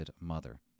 Mother